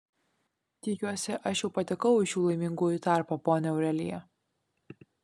tikiuosi aš jau patekau į šių laimingųjų tarpą ponia aurelija